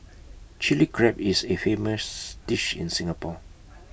Chilli Crab is A famous dish in Singapore